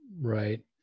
right